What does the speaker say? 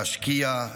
להשקיע,